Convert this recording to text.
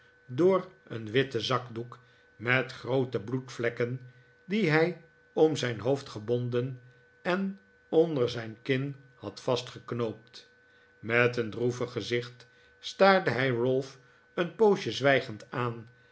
door een witten zakdoek met groote bloedvlekken dien hij om zijn hoofd gebonden en onder zijn kin had vastgeknoopt met een droevig gezicht staarde hij ralph een poosje zwijgend aan